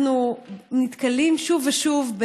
אנחנו נתקלים שוב ושוב,